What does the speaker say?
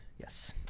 Yes